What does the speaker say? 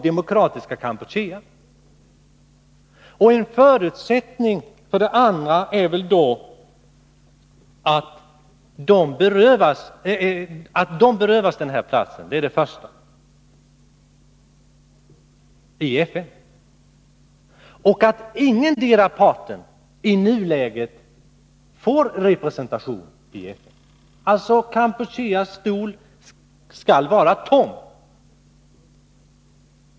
De måste alltså berövas denna plats i FN; ingendera parten bör i nuläget få representation i FN. Alltså: Kampucheas stol skall vara tom.